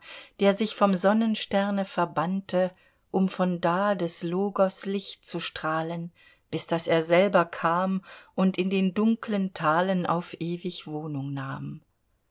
der sich vom sonnensterne verbannte um von da des logos licht zu strahlen bis daß er selber kam und in den dunklen talen auf ewig wohnung nahm